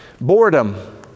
Boredom